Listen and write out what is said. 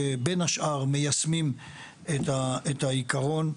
בין השאר מיישמים את העיקרון,